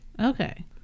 Okay